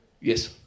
yes